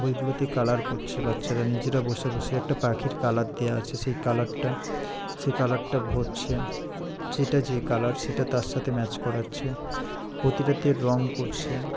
বইগুলোতে colour করছে বাচ্চারা নিজেরা বসে বসে একটা পাখির কালার দেওয়া আছে সেই কালারটা সেই কালারটা ভরছে যেটা যে কালার সেটা তার সাথে ম্যাচ করাচ্ছে প্রতিটাতে রঙ করছে